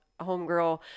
homegirl